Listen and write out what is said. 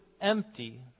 empty